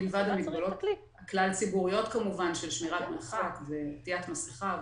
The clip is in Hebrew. מלבד מגבלות כלל ציבוריות כמובן של שמירת מרחק ועטית מסיכה וכו'.